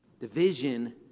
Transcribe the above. Division